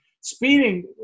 speeding